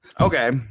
Okay